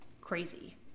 crazy